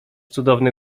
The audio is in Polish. cudowny